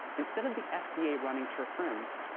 instead of the fda running tirf-rems,